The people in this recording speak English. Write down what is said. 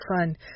fun